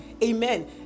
amen